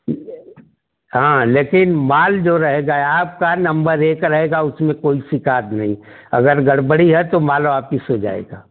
हाँ लेकिन माल जो रह गया आपका नंबर एक रहेगा उसमें कोई शिकायत नहीं अगर गड़बड़ी है तो माल वापस हो जाएगा